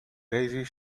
raises